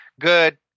good